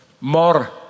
more